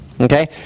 Okay